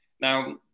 Now